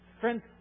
Friends